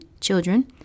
children